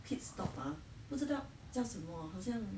pit stop ah 不知道叫什么 ah 好像